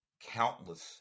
countless